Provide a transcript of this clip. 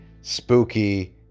spooky